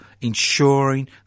ensuring